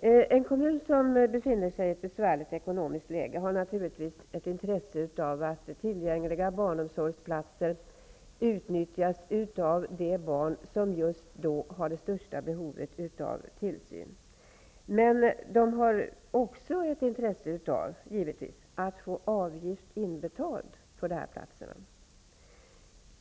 En kommun som befinner sig i ett besvärligt ekonomiskt läge har naturligtvis ett intresse av att tillgängliga barnomsorgsplatser utnyttjas av de barn som just då har det största behovet av tillsyn. Men kommunen har givetvis också ett intresse av att få avgift inbetald för varje plats.